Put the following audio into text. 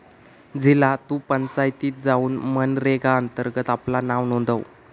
झिला तु पंचायतीत जाउन मनरेगा अंतर्गत आपला नाव नोंदव